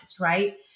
right